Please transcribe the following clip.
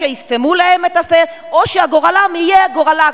או שיסתמו להם את הפה או שגורלם יהיה כגורלו